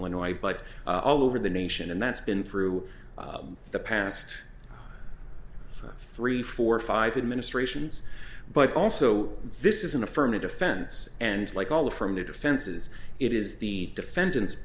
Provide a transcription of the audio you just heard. illinois but all over the nation and that's been through the past three four five administrations but also this is an affirmative defense and like all the from the defense's it is the defendant's